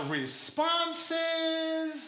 responses